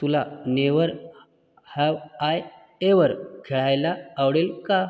तुला never have I ever खेळायला आवडेल का